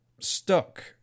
stuck